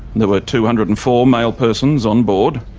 there were two hundred and four male persons on board,